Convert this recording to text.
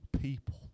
people